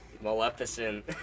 Maleficent